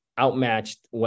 outmatched